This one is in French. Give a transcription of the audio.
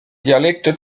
dialecte